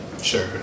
sure